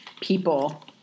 people